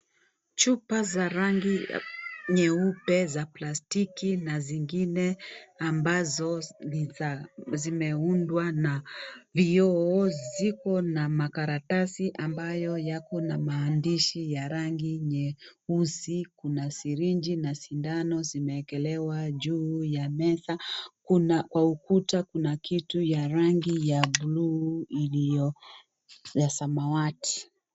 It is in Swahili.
Chupa za rangi nyeupe za plastiki na zingine ambazo ni za zimeundwa na vioo, ziko na makaratasi ambayo yako na maandishi ya rangi nyeusi kuna sirinji na sindano zimeekelewa juu ya meza kuna kwa ukuta kuna kitu ya rangi ya buluu iliyo ya samawati.